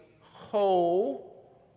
whole